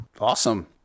Awesome